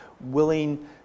willing